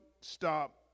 stop